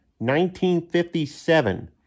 1957